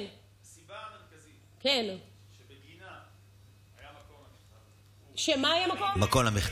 הסיבה המרכזית שבגינה היה מקום למכתב,